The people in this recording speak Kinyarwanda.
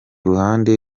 ruhande